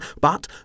but